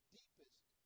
deepest